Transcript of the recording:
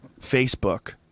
Facebook